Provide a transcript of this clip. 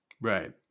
Right